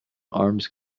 arms